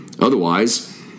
Otherwise